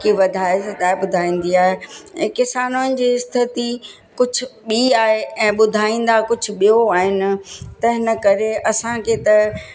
वधाए सधाए ॿुधाईंदी आहे ऐं किसाननि जी स्थिति कुझु ॿीं आहे ऐं ॿुधाईंदा कुझु ॿियो आहिनि त हिन करे असांखे त